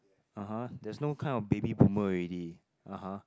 (uh huh) there's no kind of baby boomer already (uh huh)